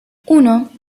uno